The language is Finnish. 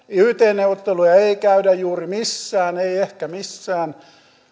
yt neuvotteluja ei käydä juuri missään ei ehkä missään